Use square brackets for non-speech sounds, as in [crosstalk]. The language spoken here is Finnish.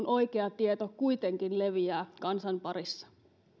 [unintelligible] oikea tieto kuitenkin leviää kansan parissa